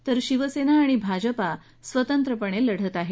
तर शिवसेना आणि भाजप स्वतंत्रपणे लढत आहेत